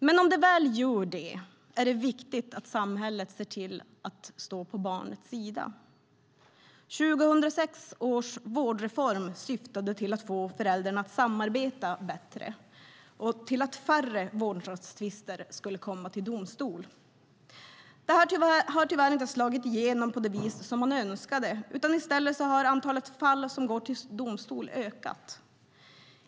Men om det blir så är det viktigt att samhället ser till att stå på barnets sida. Vårdnadsreformen från 2006 syftade till att få föräldrar att samarbeta bättre och till att färre vårdnadstvister skulle komma till domstol. Detta har tyvärr inte slagit igenom på det vis man önskade. I stället har antalet fall som går till domstol ökat.